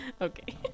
okay